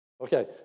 Okay